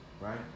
right